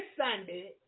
Sunday